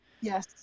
Yes